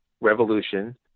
revolution